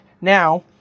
Now